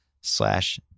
slash